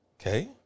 Okay